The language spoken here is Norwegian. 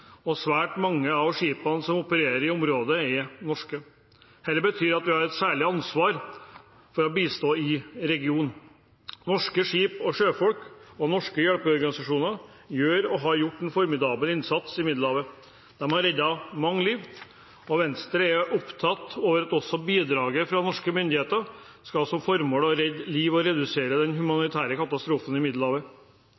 Schengen-samarbeidet. Svært mange av skipene som opererer i området, er norske. Det betyr at vi har et særlig ansvar for å bistå i regionen. Norske skip og sjøfolk og norske hjelpeorganisasjoner gjør, og har gjort, en formidabel innsats i Middelhavet. De har reddet mange liv. Venstre er opptatt av at bidraget fra norske myndigheter skal ha som formål å redde liv og å redusere den humanitære katastrofen i Middelhavet.